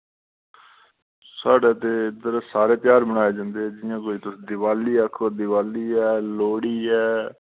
साढ़े ते इद्दर सारे त्यार मनाए जंदे जि'यां कोई तुस दिवाली आखो दिवाली ऐ लोह्ड़ी ऐ